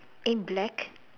in black